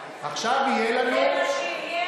זה מה שיהיה?